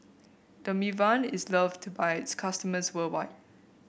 Dermaveen is loved by its customers worldwide